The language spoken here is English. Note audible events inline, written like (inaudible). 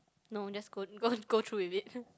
no that's good go go through with it (laughs)